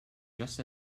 just